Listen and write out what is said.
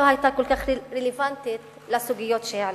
לא היתה כל כך רלוונטית לסוגיות שהעליתי.